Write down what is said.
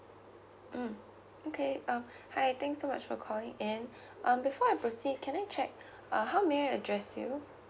mm okay uh hi thanks so much for calling in um before I proceed can I check uh how may I address you